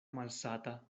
malsata